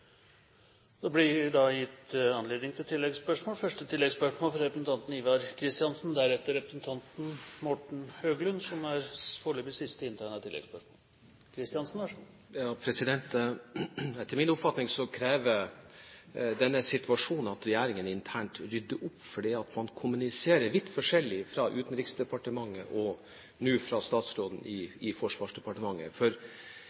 Det blir gitt anledning til to oppfølgingsspørsmål – først Ivar Kristiansen. Etter min oppfatning krever denne situasjonen at regjeringen internt rydder opp, fordi man kommuniserer vidt forskjellig fra Utenriksdepartementet og nå fra statsråden